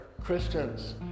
Christians